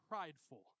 prideful